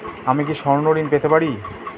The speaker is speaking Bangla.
আমি কি স্বর্ণ ঋণ পেতে পারি?